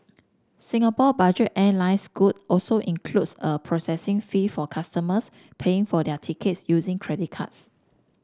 Singapore budget airline scoot also includes a processing fee for customers paying for their tickets using credit cards